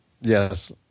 Yes